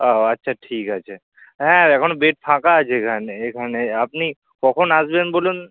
ও আচ্ছা ঠিক আছে হ্যাঁ এখন বেড ফাঁকা আছে এখানে এখানে আপনি কখন আসবেন বলুন